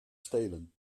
stelen